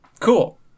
Cool